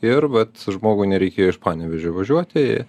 ir vat žmogui nereikėjo iš panevėžio važiuoti